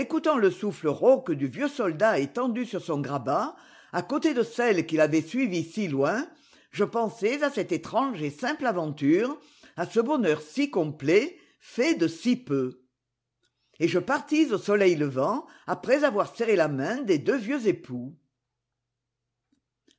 le souffle rauque du vieux soldat étendu sur son grabat à côté de celle qui l'avait suivi si loin je pensais à cette étrange et simple aventure à ce bonheur si complet fait de si peu et je partis au soleil levant après avoir serré la main des deux vieux époux